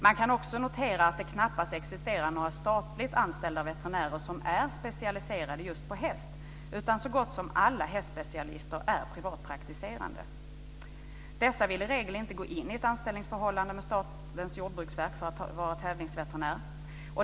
Man kan också notera att det knappast existerar några statligt anställda veterinärer som är specialiserade just på häst, utan så gott som alla hästspecialister är privatpraktiserande. Dessa vill i regel inte gå in i ett anställningsförhållande med SJV för att vara tävlingsveterinärer.